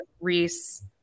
Reese